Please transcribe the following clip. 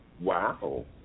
Wow